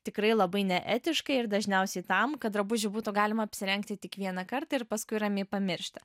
tikrai labai neetiškai ir dažniausiai tam kad drabužį būtų galima apsirengti tik vieną kartą ir paskui ramiai pamiršti